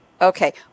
Okay